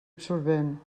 absorbent